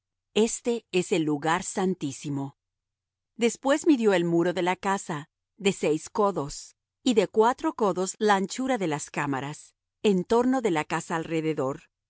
este es el lugar santísimo después midió el muro de la casa de seis codos y de cuatro codos la anchura de las cámaras en torno de la casa alrededor